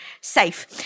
safe